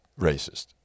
racist